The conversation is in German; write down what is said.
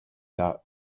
dar